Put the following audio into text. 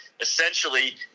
essentially